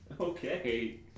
okay